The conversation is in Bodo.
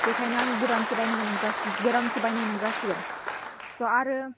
बेखायनो आं गोदानसो बायनो गोनां गोदानसो बायनो गोनां जासिगोन स' आरो